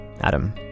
Adam